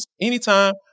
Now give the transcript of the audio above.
anytime